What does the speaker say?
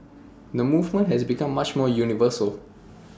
the movement has become much more universal